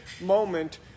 moment